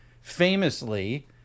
famously